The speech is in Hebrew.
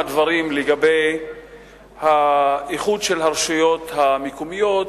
דברים לגבי האיחוד של הרשויות המקומיות,